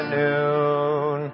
noon